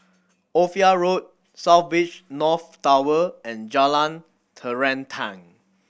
Ophir Road South Beach North Tower and Jalan Terentang